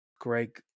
Greg